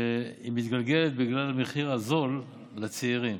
שהיא מתגלגלת, בגלל המחיר הזול, לצעירים.